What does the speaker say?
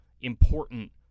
important